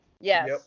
Yes